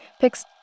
picks